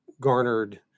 garnered